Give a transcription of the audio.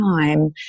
time